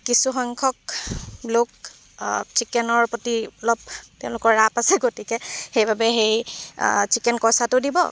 কিছুসংখ্যক লোক চিকেনৰ প্ৰতি অলপ তেওঁলোকৰ ৰাপ আছে গতিকে সেইবাবে সেই চিকেন ক'ছাটো দিব